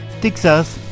Texas